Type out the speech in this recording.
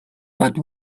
but